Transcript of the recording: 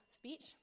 speech